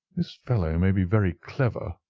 this fellow may be very clever,